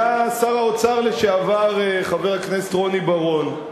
היה שר האוצר לשעבר, חבר הכנסת רוני בר-און.